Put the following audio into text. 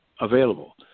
available